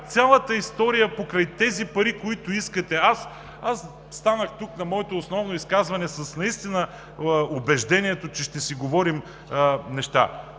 цялата история за тези пари, които искате – аз станах тук за моето основно изказване наистина с убеждението, че ще си говорим тези